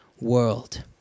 world